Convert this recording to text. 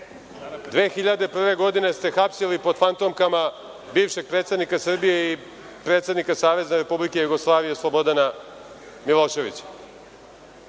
2001. ste hapsili pod fantomkama bivšeg predsednika Srbije i predsednika Savezne Republike Jugoslavije, Slobodana Miloševića.